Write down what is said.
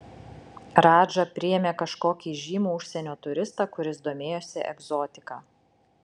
radža priėmė kažkokį įžymų užsienio turistą kuris domėjosi egzotika